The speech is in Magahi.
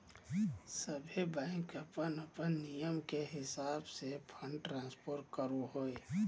सभे बैंक अपन अपन नियम के हिसाब से फंड ट्रांस्फर करो हय